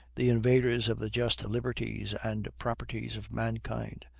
the invaders of the just liberties and properties of mankind,